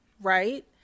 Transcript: Right